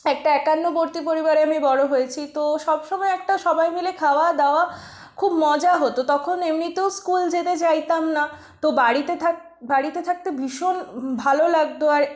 একটা একান্নবর্তী পরিবারে আমি বড়ো হয়েছি তো সব সময় একটা সবাই মিলে খাওয়া দাওয়া খুব মজা হত তখন এমনিতেও স্কুল যেতে চাইতাম না তো বাড়িতে থাক বাড়িতে থাকতে ভীষণ ভালো লাগতো আর